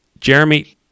jeremy